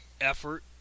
effort